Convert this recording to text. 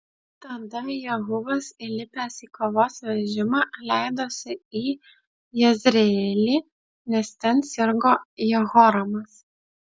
tada jehuvas įlipęs į kovos vežimą leidosi į jezreelį nes ten sirgo jehoramas